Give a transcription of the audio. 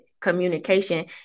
communication